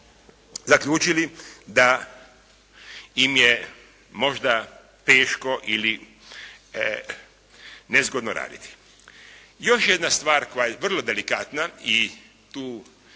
zaključili da im je možda teško ili nezgodno raditi. Još jedna stvar koja je vrlo delikatna i tu